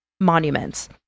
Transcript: monuments